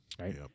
right